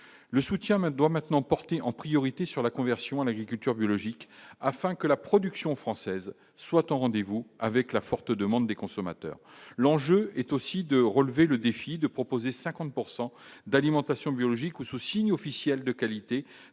le soutien même doit maintenant porter en priorité sur la conversion à l'agriculture biologique, afin que la production française soit en rendez-vous avec la forte demande des consommateurs, l'enjeu est aussi de relever le défi de proposer 50 pourcent d'alimentation biologique ou sous signe officiel de qualité